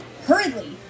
hurriedly